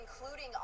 including